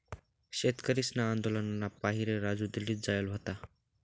शेतकरीसना आंदोलनना पाहिरे राजू दिल्ली जायेल व्हता